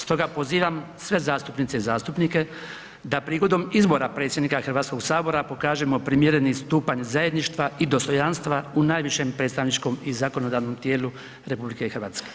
Stoga pozivam sve zastupnice i zastupnike da prigodom izbora predsjednika Hrvatskog sabora pokažemo primjereni stupanj zajedništva i dostojanstva u najvišem predstavničkom i zakonodavnom tijelu RH.